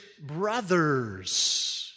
brothers